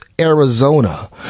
arizona